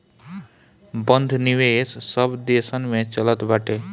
बंध निवेश सब देसन में चलत बाटे